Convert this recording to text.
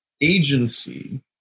agency